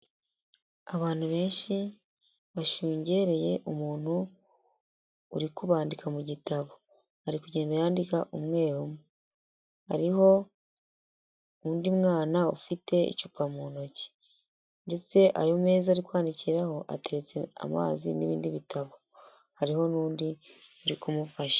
Abantu benshi bashungereye umuntu urikubandika mu gitabo, ari kugenda yandika umwe hariho undi mwana ufite icupa mu ntoki, ndetse ayo meza ari kwandikiraho hateretse amazi n'ibindi bitabo hariho n'undi uri kumufasha.